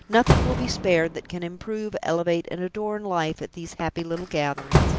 nothing will be spared that can improve, elevate, and adorn life at these happy little gatherings.